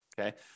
okay